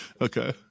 Okay